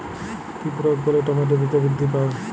কি প্রয়োগ করলে টমেটো দ্রুত বৃদ্ধি পায়?